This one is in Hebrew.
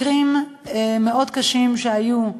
מקרים מאוד קשים שהיו,